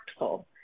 impactful